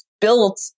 built